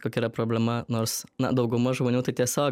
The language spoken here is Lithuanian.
kokia yra problema nors dauguma žmonių tai tiesiog